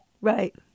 Right